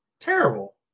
terrible